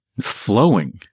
flowing